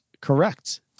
correct